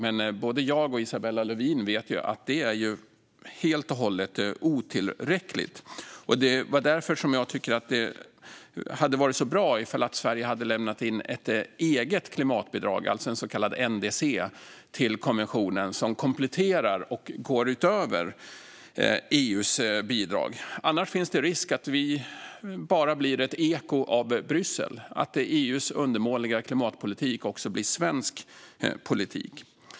Men både jag och Isabella Lövin vet att det är helt och hållet otillräckligt. Det är därför som jag tycker att det hade varit så bra om Sverige hade lämnat in ett eget klimatbidrag, alltså en så kallad NDC, till konventionen som kompletterar och går utöver EU:s bidrag. Annars finns det risk att vi bara blir ett eko av Bryssel och att EU:s undermåliga klimatpolitik också blir svensk politik.